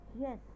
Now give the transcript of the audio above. Yes